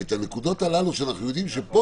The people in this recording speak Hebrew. את הנקודות הללו שאנחנו יודעים שפה